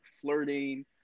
flirting